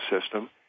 system